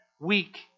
weak